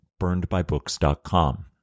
burnedbybooks.com